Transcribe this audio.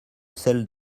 celles